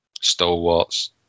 stalwarts